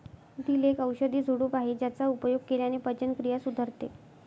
दिल एक औषधी झुडूप आहे ज्याचा उपयोग केल्याने पचनक्रिया सुधारते